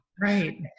right